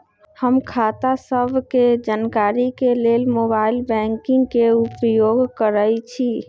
हम खता सभके जानकारी के लेल मोबाइल बैंकिंग के उपयोग करइछी